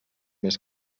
més